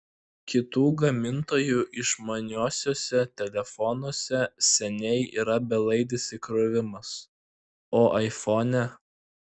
kitų gamintojų išmaniuosiuose telefonuose seniai yra belaidis įkrovimas o aifone